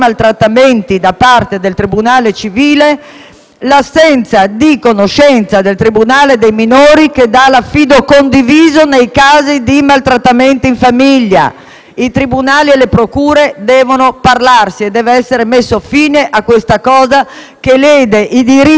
l'assenza di conoscenza del tribunale dei minori che dà l'affido condiviso nei casi di maltrattamento in famiglia. I tribunali e le procure devono parlarsi e deve essere messa fine a questa situazione che lede i diritti alla sicurezza delle donne e dei loro figli.